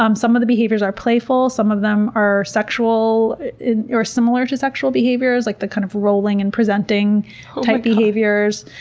um some of the behaviors are playful, some of them are sexual or similar to sexual behaviors, like the, kind of rolling, and presenting type behaviors,